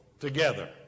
together